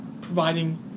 providing